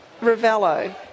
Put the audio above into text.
Ravello